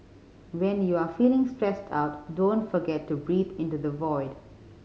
when you are feeling stressed out don't forget to breathe into the void